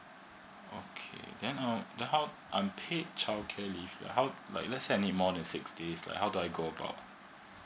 okay then um how unpaid child care leave how like lets say i need more than six days like how do I go about